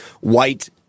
white